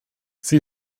sie